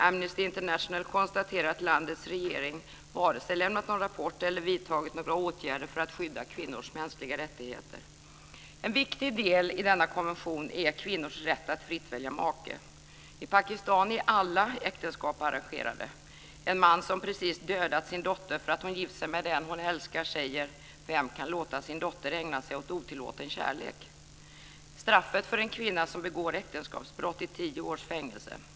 Amnesty International konstaterar att landets regering varken har lämnat någon rapport eller vidtagit några åtgärder för att skydda kvinnors mänskliga rättigheter. En viktig del i denna konvention är kvinnors rätt att fritt välja make. I Pakistan är alla äktenskap arrangerade. En man som precis dödat sin dotter för att hon gift sig med den hon älskar säger: "Vem kan låta sin dotter ägna sig åt otillåten kärlek?" Straffet för en kvinna som begår äktenskapsbrott är tio års fängelse.